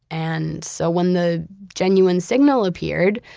and so when the genuine signal appeared,